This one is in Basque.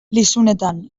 lizunetan